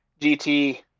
GT